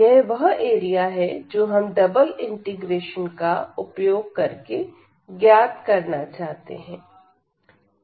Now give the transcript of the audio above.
यह बहुत एरिया है जो हम डबल इंटीग्रल का उपयोग करके ज्ञात करना चाहते हैं